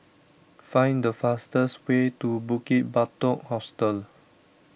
find the fastest way to Bukit Batok Hostel